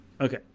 Okay